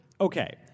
okay